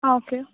ആ ഓക്കെ